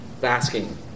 basking